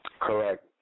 correct